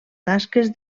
tasques